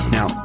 Now